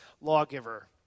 lawgiver